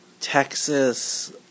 Texas